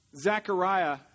Zechariah